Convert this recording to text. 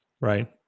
right